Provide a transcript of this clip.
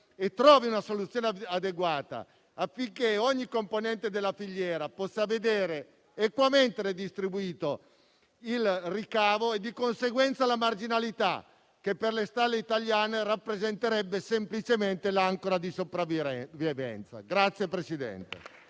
e trovi una soluzione adeguata, affinché ogni componente della filiera possa vedere equamente redistribuito il ricavo e, di conseguenza, la marginalità, che per le stalle italiane rappresenterebbe semplicemente l'ancora di sopravvivenza.